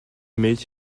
milch